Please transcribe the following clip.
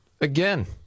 Again